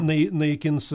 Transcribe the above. nai naikins